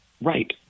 right